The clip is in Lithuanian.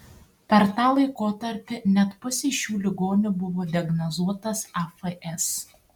per tą laikotarpį net pusei šių ligonių buvo diagnozuotas afs